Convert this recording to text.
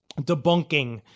debunking